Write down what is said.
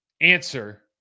answer